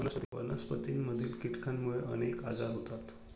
वनस्पतींमधील कीटकांमुळे अनेक आजार होतात